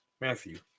Matthew